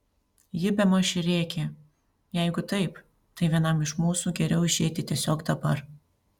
ji bemaž rėkė jeigu taip tai vienam iš mūsų geriau išeiti tiesiog dabar